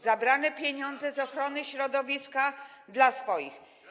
zabrane pieniądze z ochrony środowiska dla swoich.